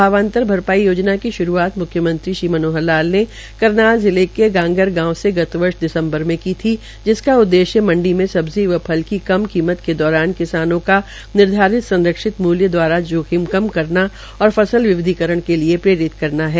भावांतर भरपाई योजना का श्रूआत म्ख्यमंत्री मनोहर लाल ने करनाल जिले के गांगर गांव से गत वर्ष दिसम्बर में की थी जिसका उद्देश्य मंडी में सब्जी व फल की कम कीमत के दौरान किसानों का निर्धारित संरक्षित मूल्य द्वारा जोखिम कर करना और फसल विविधीकरण के लिए प्रेरित करना है